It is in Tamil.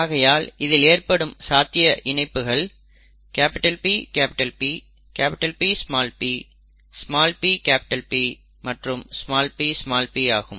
ஆகையால் இதில் ஏற்படும் சாத்தியக் இணைப்புகள் PP Pp pP மற்றும் pp ஆகும்